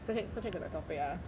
so change so change the by topic ah